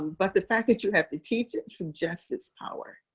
but the fact that you have to teach it suggests its power.